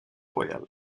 royal